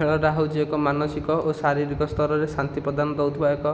ଖେଳଟା ହେଉଛି ଏକ ମାନସିକ ଓ ଶାରୀରିକ ସ୍ତରରେ ଶାନ୍ତି ପ୍ରଦାନ ଦେଉଥିବା ଏକ